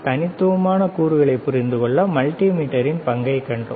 தனித்துவமான கூறுகளைப் புரிந்துகொள்ள மல்டிமீட்டரின் பங்கைக் கண்டோம்